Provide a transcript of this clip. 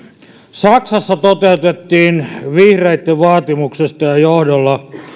saksassa toteutettiin vihreitten vaatimuksesta ja ja johdolla